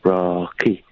Rocky